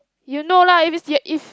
you know lah if it's ya if